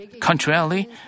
Contrarily